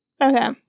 Okay